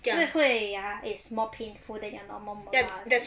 智慧牙 is more painful than your normal molar